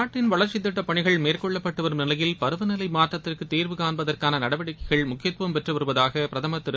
நாட்டின் வளா்ச்சித்திட்டப் பனிகள் மேற்கொள்ளப்பட்டவரும் நிலையில் பருவநிலை மாற்றத்திற்கு தீர்வுகாண்பதற்கான நடவடிக்கைகள் முக்கியத்துவம் பெற்று வருவதாக பிரதமர் திரு